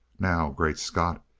now! great scott!